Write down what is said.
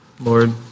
Lord